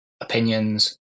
opinions